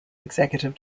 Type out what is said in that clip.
executive